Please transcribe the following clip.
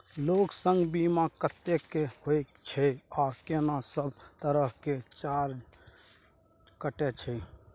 Loan संग बीमा कत्ते के होय छै आ केना सब तरह के चार्ज कटै छै?